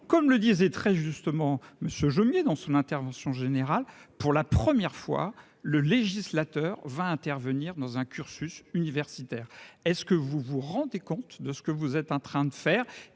comme le disait très justement Monsieur Jomier dans son intervention générale pour la première fois le législateur va intervenir dans un cursus universitaire est-ce que vous vous rendez compte de ce que vous êtes en train de faire